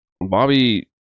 Bobby